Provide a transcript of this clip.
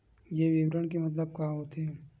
ये विवरण के मतलब का होथे?